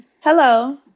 Hello